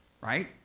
right